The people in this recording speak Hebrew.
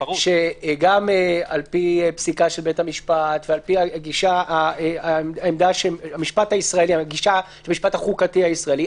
גם לפי פסיקה של בית המשפט ולפי הגישה של המשפט החוקתי הישראלי,